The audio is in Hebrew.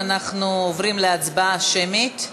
אנחנו עוברים להצבעה שמית.